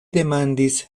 demandis